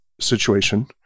situation